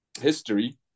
history